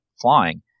flying